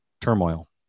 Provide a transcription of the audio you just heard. turmoil